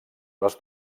les